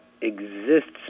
exists